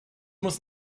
muss